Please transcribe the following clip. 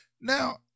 Now